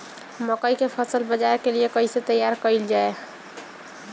मकई के फसल बाजार के लिए कइसे तैयार कईले जाए?